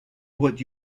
what